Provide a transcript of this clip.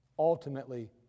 ultimately